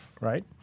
right